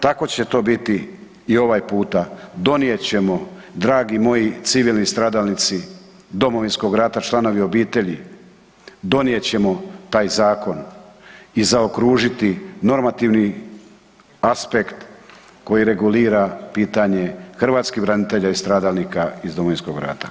Tako će to biti i ovaj puta, donijet ćemo dragi moji civilni stradalnici Domovinskog rata, članovi obitelji, donijet ćemo taj zakon i zaokružiti normativni aspekt koji regulira pitanje hrvatskih branitelja i stradalnika iz Domovinskog rata.